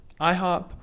IHOP